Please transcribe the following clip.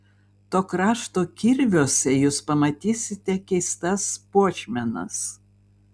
to krašto kirviuose jūs pamatysite keistas puošmenas